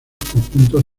conjuntos